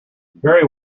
very